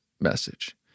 message